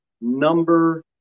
number